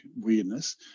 weirdness